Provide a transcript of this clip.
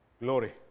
glory